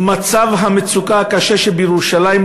למצוקה הקשה בירושלים,